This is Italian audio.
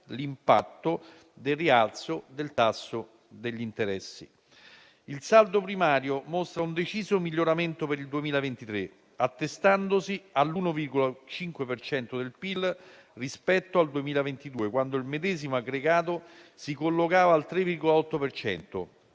l'impatto del rialzo del tasso di interesse. Il saldo primario mostra un deciso miglioramento per il 2023, attestandosi all'1,5 per cento del PIL, rispetto al 2022, quando il medesimo aggregato si collocava al 3,8